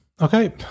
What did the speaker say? okay